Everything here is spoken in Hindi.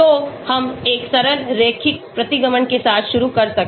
तो हम एक सरल रैखिक प्रतिगमन के साथ शुरू कर सकते हैं